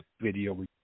video